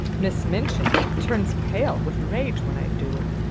miss minchin turns pale with rage when i do it.